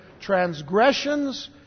transgressions